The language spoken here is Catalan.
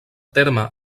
terme